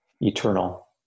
eternal